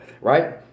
right